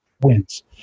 wins